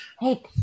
Hey